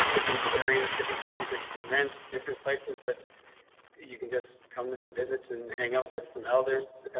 different areas, different rooms that you can rent different places that you can just come and visit and hang out with some elders.